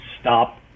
stop